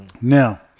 now